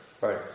right